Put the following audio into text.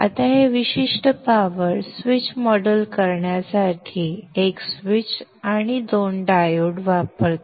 आता हे विशिष्ट पॉवर स्विच मॉडेल करण्यासाठी एक स्विच आणि 2 डायोड वापरते